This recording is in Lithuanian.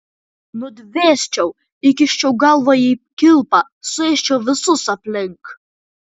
nudvėsčiau įkiščiau galvą į kilpą suėsčiau visus aplink